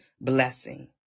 blessing